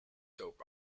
soap